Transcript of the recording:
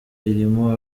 irimo